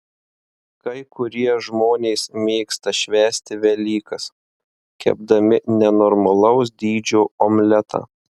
kai kurie žmonės mėgsta švęsti velykas kepdami nenormalaus dydžio omletą